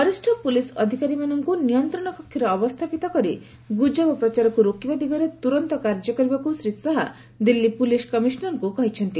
ବରିଷ୍ଣ ପୁଲିସ୍ ଅଧିକାରୀମାନଙ୍କୁ ନିୟନ୍ତ୍ରଣକକ୍ଷରେ ଅବସ୍ଥାପିତ କରି ଗୁଜବ ପ୍ରଚାରକୁ ରୋକିବା ଦିଗରେ ତୁରନ୍ତ କାର୍ଯ୍ୟ କରିବାକୁ ଶ୍ରୀ ଶାହା ଦିଲ୍ଲୀ ପୁଲିସ୍ କମିଶନରଙ୍କୁ କହିଛନ୍ତି